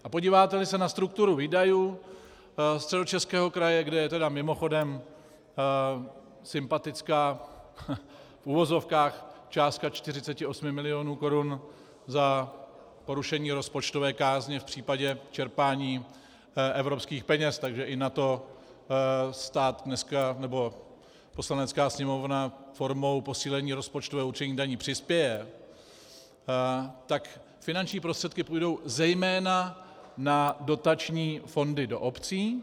A podíváteli se na strukturu výdajů Středočeského kraje kde je tedy mimochodem sympatická, v uvozovkách, částka 48 milionů korun za porušení rozpočtové kázně v případě čerpání evropských peněz, takže i na to stát nebo Poslanecká sněmovna formou posílení rozpočtového určení daní přispěje , tak finanční prostředky půjdou zejména na dotační fondy do obcí.